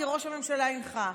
כי ראש הממשלה הנחה.